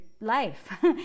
life